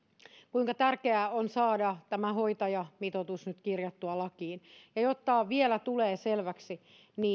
kuinka tärkeää on saada tämä hoitajamitoitus nyt kirjattua lakiin ja ja jotta vielä tulee selväksi